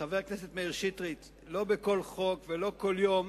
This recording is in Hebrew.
חבר הכנסת מאיר שטרית, לא בכל חוק ולא כל יום